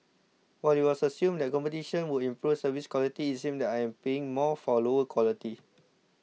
while it was assumed that competition would improve service quality it seems that I am paying more for lower quality